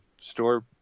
store